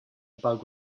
bug